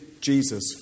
Jesus